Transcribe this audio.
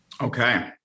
Okay